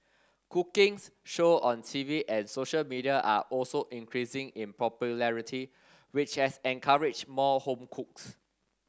cooking's show on TV and social media are also increasing in popularity which has encouraged more home cooks